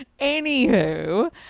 Anywho